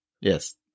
Yes